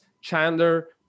Chandler